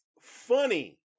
funny